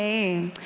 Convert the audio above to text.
a